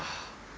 ah